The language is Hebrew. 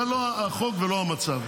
זה לא החוק ולא המצב.